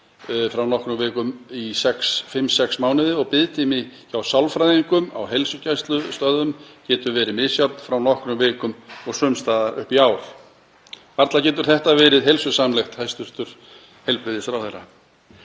frá nokkrum vikum upp í fimm, sex mánuði og biðtími hjá sálfræðingum á heilsugæslustöðvum getur verið misjafn, frá nokkrum vikum og sums staðar upp í ár. Varla getur þetta verið heilsusamlegt, hæstv. heilbrigðisráðherra.